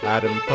Adam